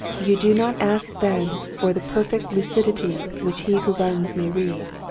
you do not ask then for the perfect lucidity which he who runs may read.